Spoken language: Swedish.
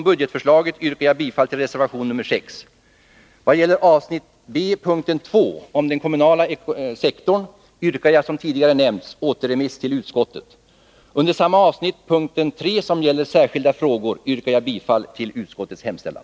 Budgetförslaget, punkten 1, yrkar jag bifall till reservation nr 6. Vad gäller avsnitt B 2. Den kommunala sektorn, punkten 2, yrkar jag som tidigare nämnts återremiss till utskottet. Under avsnitt B3. Särskilda frågor, punkten 3, yrkar jag bifall till utskottets hemställan.